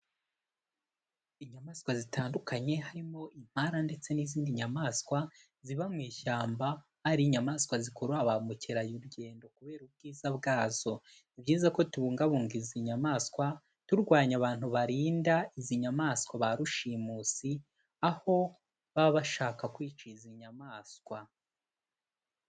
Inyamaswa zitandukanye harimo impara ndetse n'izindi nyamaswa ziba mu ishyamba, ari inyamaswa zikurura ba mukerarurugendo kubera ubwiza bwazo, ni byiza ko tubungabunga izi nyamaswa turwanya abantu barinda izi nyamaswa ba rushimusi, aho baba bashaka kwica izi nyamaswa.